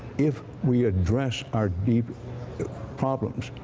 if we address our deep problems.